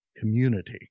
Community